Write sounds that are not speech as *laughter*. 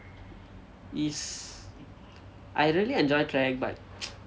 is I really enjoy track but *noise*